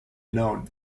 known